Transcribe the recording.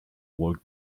walk